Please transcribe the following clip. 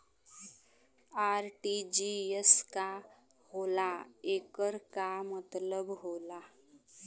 RTGS का होला एकर का मतलब होला?